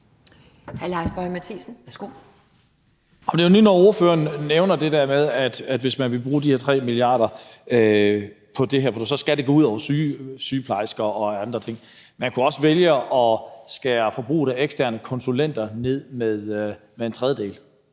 nævner det der med, at hvis man vil bruge 3 mia. kr. på det her, så skal det gå ud over sygeplejersker og andre ting. Man kunne også vælge at skære forbruget af eksterne konsulenter ned med en tredjedel;